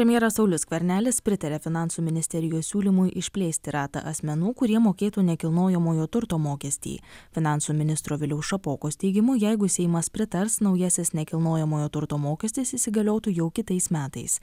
premjeras saulius skvernelis pritarė finansų ministerijos siūlymui išplėsti ratą asmenų kurie mokėtų nekilnojamojo turto mokestį finansų ministro viliaus šapokos teigimu jeigu seimas pritars naujasis nekilnojamojo turto mokestis įsigaliotų jau kitais metais